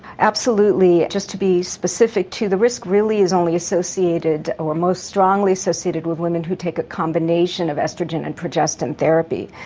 absolutely. just to be specific, the risk really is only associated or most strongly associated with women who take a combination of oestrogen and progestin therapy.